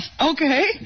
Okay